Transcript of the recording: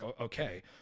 okay